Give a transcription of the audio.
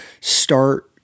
start